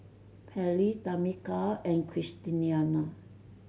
Pairlee Tamika and Christiana